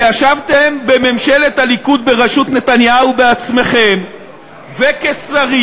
שישבתם בממשלת הליכוד בראשות נתניהו בעצמכם וכשרים.